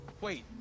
Wait